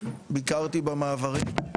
ביקרתי במעברים.